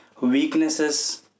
weaknesses